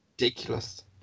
ridiculous